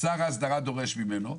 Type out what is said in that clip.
שר ההסדרה דורש ממנו.